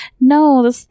No